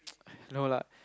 no lah